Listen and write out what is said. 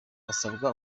basabwa